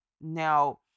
Now